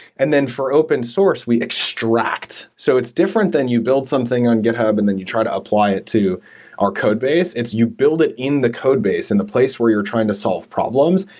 and then for open source, we extract. so, it's different than you build something on github and you try to apply it to our code base. it's you build it in the code base and the place where you're trying to solve problems,